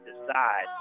decide